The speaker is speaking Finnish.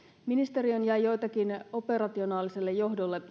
ministeriöön jäi joitakin yleensä operationaaliselle johdolle